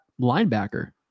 linebacker